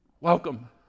Welcome